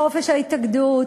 בחופש ההתאגדות.